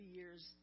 years